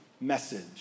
message